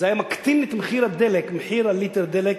זה היה מקטין את מחיר הליטר דלק,